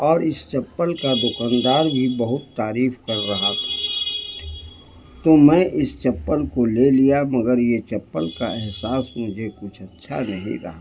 اور اس چپل کا دکاندار بھی بہت تعریف کر رہا تھا تو میں اس چپل کو لے لیا مگر یہ چپل کا احساس مجھے کچھ اچھا نہیں رہا